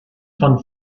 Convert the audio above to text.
von